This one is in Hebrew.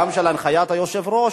גם הנחיית היושב-ראש,